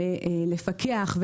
לפקח,